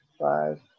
five